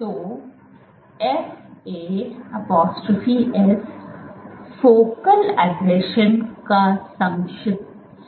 तो FA apostrophe s focal आसंजनों का